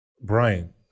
Brian